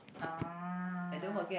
ah